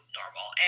normal